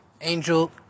angel